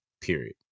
period